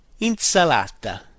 Insalata